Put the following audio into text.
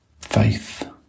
faith